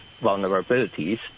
vulnerabilities